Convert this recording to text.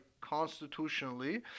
constitutionally